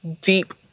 deep